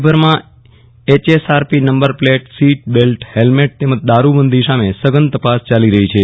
રાજયભરમાં H S R P number plate seat belt helmet તેમજ દારૂબંધો સામે સઘન તપાસ ચાલો રહી છે